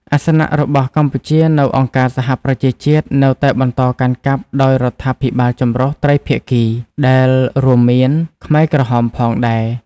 អាសនៈរបស់កម្ពុជានៅអង្គការសហប្រជាជាតិនៅតែបន្តកាន់កាប់ដោយរដ្ឋាភិបាលចម្រុះត្រីភាគី ដែលរួមមានខ្មែរក្រហមផងដែរ។